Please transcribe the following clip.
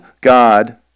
God